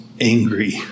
angry